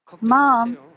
Mom